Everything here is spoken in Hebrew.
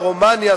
רומניה,